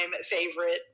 favorite